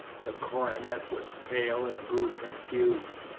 the cornet was pale and grew confused.